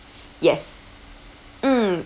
yes mm